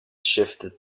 shifted